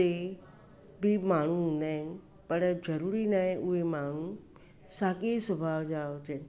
उते बि माण्हू हूंदा आहिनि पर ज़रूरी न आहे उहे माण्हू साॻिये ई सुभाउ जा हुजे